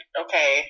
okay